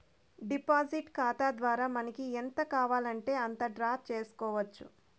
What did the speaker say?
deposit ఖాతా ద్వారా మనకి ఎంత కావాలంటే అంత డ్రా చేసుకోవచ్చు